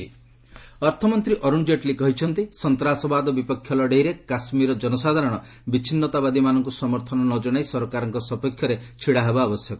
ଜେଟ୍ଲୀ କାଶ୍ୱୀର ଅର୍ଥମନ୍ତ୍ରୀ ଅରୁଣ ଜେଟ୍ଲୀ କହିଚ୍ଚନ୍ତି ସନ୍ତାସବାଦ ବିପକ୍ଷ ଲଢ଼େଇରେ କାଶ୍ମୀରର କନସାଧାରଣ ବିଚ୍ଛିନ୍ନତାବାଦୀମାନଙ୍କୁ ସମର୍ଥନ ନ ଜଣାଇ ସରକାରଙ୍କ ସପକ୍ଷରେ ଛିଡ଼ା ହେବା ଆବଶ୍ୟକ